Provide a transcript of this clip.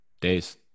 days